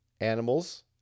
animals